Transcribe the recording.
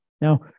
Now